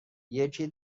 یکی